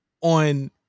on